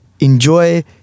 enjoy